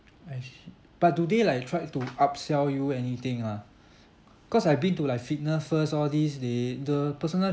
I see but do they like tried to up sell you anything ah cause I've been to like fitness first all this they the personal